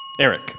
Eric